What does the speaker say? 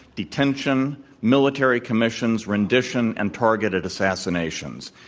detention, military commissions, rendition, and targeted assassinations.